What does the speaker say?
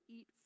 eat